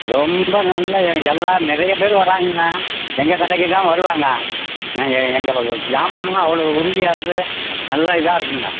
ரொம்ப நல்லா எங்கள் எல்லா நிறைய பேர் வர்றாங்கங்க எங்கள் கடைக்கி தான் வருவாங்க நான் எ எங்கள் சாமானும் அவ்வளோ உறுதியானது நல்லா இதாக இருக்குங்க